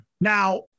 Now